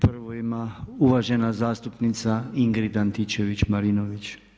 Prvu ima uvažena zastupnica Ingrid Antičević Marinović.